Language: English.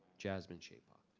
jasmine chibok